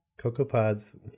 CocoaPods